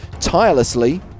Tirelessly